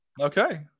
Okay